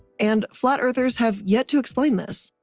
and flat-earthers have yet to explain this.